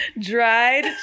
Dried